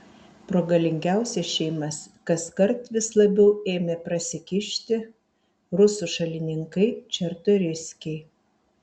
pro galingiausias šeimas kaskart vis labiau ėmė prasikišti rusų šalininkai čartoriskiai